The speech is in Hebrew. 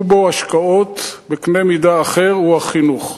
בו השקעות בקנה מידה אחר הוא החינוך.